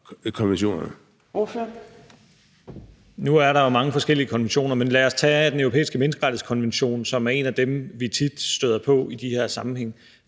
Stoklund (S): Nu er der jo mange forskellige konventioner, men lad os tage Den Europæiske Menneskerettighedskonvention, som er en af dem, vi tit støder på i de her sammenhænge.